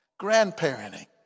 Grandparenting